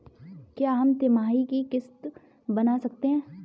क्या हम तिमाही की किस्त बना सकते हैं?